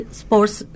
sports